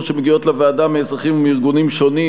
שמגיעות לוועדה מאזרחים וארגונים שונים,